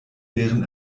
deren